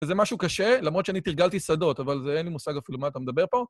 וזה משהו קשה, למרות שאני תרגלתי שדות, אבל אין לי מושג אפילו מה אתה מדבר פה.